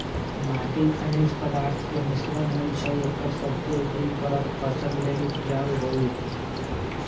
माटी खनिज पदार्थ के मिश्रण होइ छइ एकर सबसे उपरी परत फसल लेल उपजाऊ होहइ